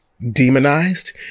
Demonized